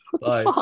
Bye